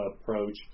approach